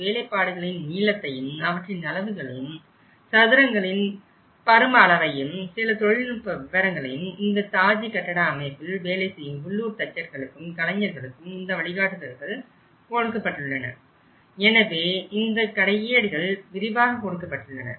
வேலைப்பாடுகளின் நீளத்தையும் அவற்றின் அளவுகளையும் சதுரங்களின் பரும அளவையும் சில தொழில் நுட்ப விவரங்களையும் இந்த தாஜ்ஜி கட்டட அமைப்பில் வேலை செய்யும் உள்ளூர் தச்சர்களுக்கும் கலைஞர்களுக்கும் இந்த வழிகாட்டுதல்கள் கொடுக்கப்பட்டுள்ளன எனவே இந்த கையேடுகள் விரிவாக கொடுக்கப்பட்டுள்ளன